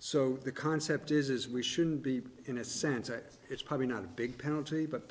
so the concept is we shouldn't be in a sense that it's probably not a big county but